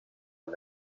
and